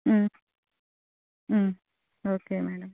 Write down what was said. okay madam